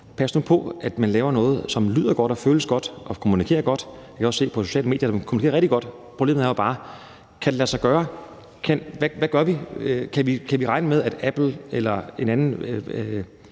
Pas nu på med at lave noget, som lyder godt og føles godt og er god kommunikation. Jeg kan også se på sociale medier, at det er rigtig god kommunikation. Spørgsmålet er jo bare: Kan det lade sig gøre? Hvad gør vi? Kan vi regne med, at Apple eller en anden